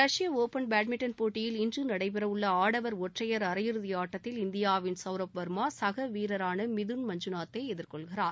Russia open badminton போட்டியில் இன்று நடைபெறவுள்ள ஆடவர் ஒற்றையர் அரையிறுதி ஆட்டத்தில் இந்தியாவின் சவ்ரவ் வர்மா சகவீரரான மிதுன் மஞ்சுநாத்தை எதிர்கொள்கிறார்